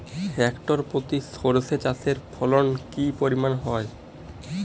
Hectare প্রতি সর্ষে চাষের ফলন কি পরিমাণ হয়?